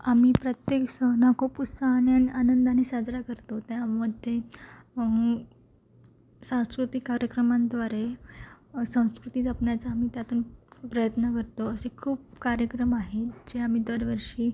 आम्ही प्रत्येक सण हा खूप उत्साहाने आणि आनंदाने साजरा करतो त्यामध्ये सांस्कृतिक कार्यक्रमांद्वारे संस्कृती जपण्याचा आम्ही त्यातून प्रयत्न करतो असे खूप कार्यक्रम आहेत जे आम्ही दरवर्षी